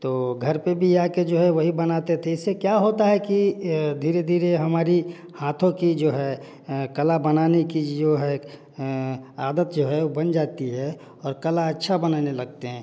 तो घर पे भी आके जो है वही बनाते थे इससे क्या होता है कि धीरे धीरे हमारी हाथों की जो है कला बनाने की जो है आदत जो है वो बन जाती है और कला अच्छा बनाने लगते हैं